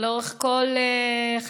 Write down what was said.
לאורך כל חייך.